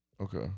Okay